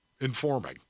informing